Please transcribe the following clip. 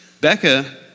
Becca